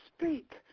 speak